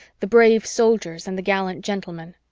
the brave soldiers and the gallant gentlemen.